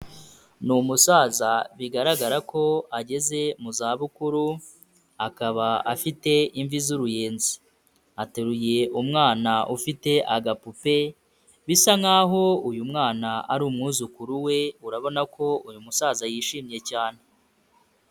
Ni umusaza bigaragara ko ageze mu zabukuru, akaba afite imvi z'uruyenzi, ateruye umwana ufite agapupe bisa nk'aho uyu mwana ari umwuzukuru we, urabona ko uyu musaza yishimye cyane.